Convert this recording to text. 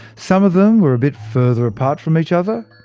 some of them were a bit further apart from each other,